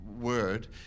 word